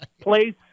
place